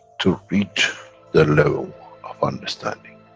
to reach the level of understanding